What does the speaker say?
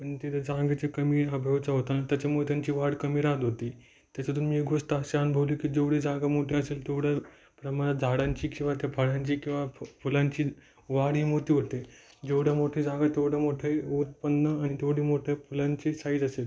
पण तिथं जागेचं कमी अभावच होता त्याच्यामुळे त्यांची वाढ कमी रहात होती त्याच्यातून मी एक गोष्ट अशी अनुभवली की जेवढी जागा मोठी असेल तेवढं प्रमाणात झाडांची किंवा त्या फळांची किंवा फ फुलांची वाढही मोठी होते जेवढं मोठी जागा तेवढं मोठही उत्पन्न आणि तेवढी मोठे फुलांची साईज असेल